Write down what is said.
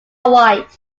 white